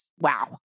wow